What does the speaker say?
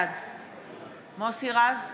בעד מוסי רז,